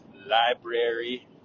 Library